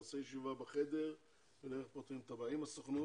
נעשה ישיבה בחדר ונראה איך פותרים את הבעיה עם הסוכנות,